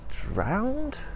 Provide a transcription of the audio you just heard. drowned